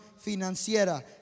financiera